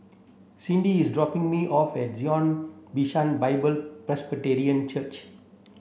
Cindy is dropping me off at Zion Bishan Bible Presbyterian Church